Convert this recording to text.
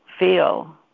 feel